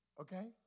Okay